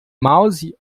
mouse